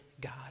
God